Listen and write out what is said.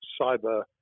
cyber